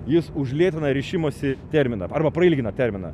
jis užlėtina rišimosi terminą arba prailgina terminą